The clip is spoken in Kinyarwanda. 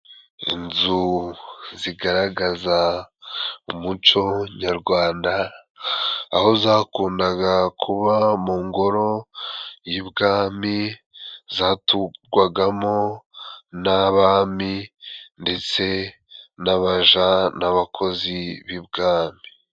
Inzu zigaragaza umuco nyarwanda, aho zakundaga kuba mu ngoro y'ibwami zaturwagamo n'abami, ndetse n'abaja n'abakozi b'ibwami.